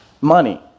money